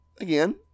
again